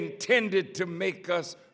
intended to make us